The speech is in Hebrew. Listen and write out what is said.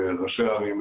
וראשי הערים,